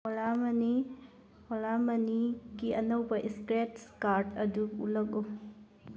ꯑꯣꯂꯥ ꯃꯅꯤ ꯑꯣꯂꯥ ꯃꯅꯤꯒꯤ ꯑꯅꯧꯕ ꯏꯁꯀ꯭ꯔꯦꯠꯁ ꯀꯥꯔꯠ ꯑꯗꯨ ꯎꯠꯂꯛꯎ